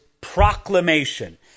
proclamation